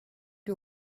you